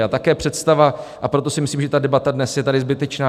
A také představa a proto si myslím, že ta debata dnes je tady zbytečná.